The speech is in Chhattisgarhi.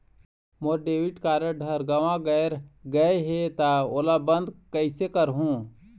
मोर डेबिट कारड हर गंवा गैर गए हे त ओला बंद कइसे करहूं?